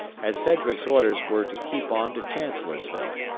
as sedgwick's orders were to keep on to chancellorsville.